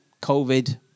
covid